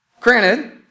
granted